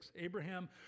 Abraham